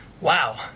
wow